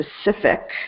specific